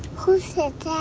who said